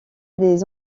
des